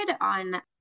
on